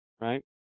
right